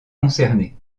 concerné